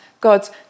God's